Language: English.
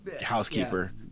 housekeeper